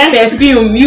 perfume